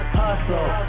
hustle